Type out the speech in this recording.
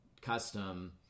custom